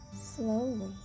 slowly